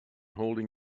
holding